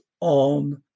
on